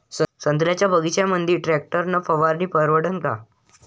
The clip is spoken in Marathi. संत्र्याच्या बगीच्यामंदी टॅक्टर न फवारनी परवडन का?